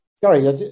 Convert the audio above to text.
sorry